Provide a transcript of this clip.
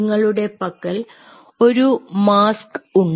നിങ്ങളുടെ പക്കൽ ഒരു മാസ്ക് ഉണ്ട്